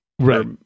Right